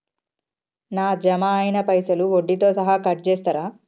నా జమ అయినా పైసల్ వడ్డీతో సహా కట్ చేస్తరా?